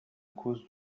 cause